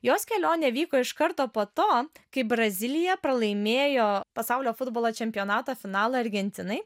jos kelionė vyko iš karto po to kai brazilija pralaimėjo pasaulio futbolo čempionato finalą argentinai